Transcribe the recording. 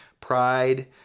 pride